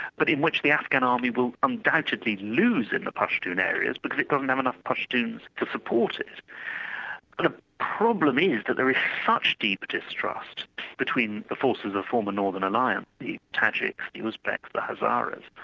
but in which the afghan army will undoubtedly lose in the pashtun areas because it doesn't have enough pashtuns to support it. but the ah problem is that there is such deep distrust between the forces of former northern alliance, the tajics, the uzbeks, the hazaris,